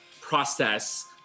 process